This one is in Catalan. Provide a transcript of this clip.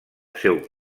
seu